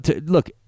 look